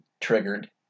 triggered